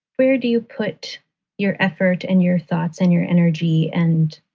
where do you put your effort and your thoughts and your energy and.